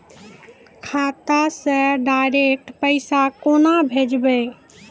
खाता से डायरेक्ट पैसा केना भेजबै?